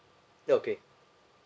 okay